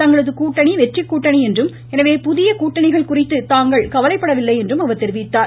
தங்களது கூட்டணி வெற்றிக் கூட்டணி என்றும் எனவே புதிய கூட்டணிகள் குறித்து தாங்கள் கவலைப்படவில்லை என்றும் அவர் தெரிவித்தார்